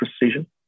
precision